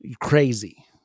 crazy